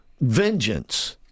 vengeance